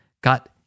got